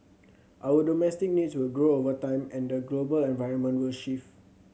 our domestic needs will grow over time and the global environment will shift